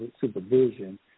supervision